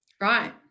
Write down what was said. right